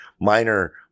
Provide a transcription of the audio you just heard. minor